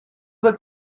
that